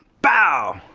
pow!